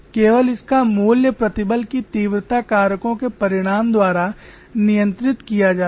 केवल इसका मूल्य प्रतिबल की तीव्रता कारकों के परिमाण द्वारा नियंत्रित किया जाता है